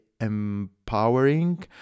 empowering